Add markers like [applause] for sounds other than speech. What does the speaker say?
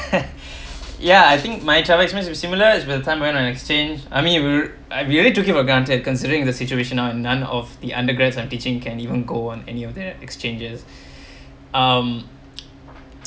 [laughs] ya I think my travel experiences is similar is the time when exchange I mean you I really took it for granted considering the situation no~ none of the undergrads I'm teaching can even go on any of their exchanges um